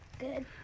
Good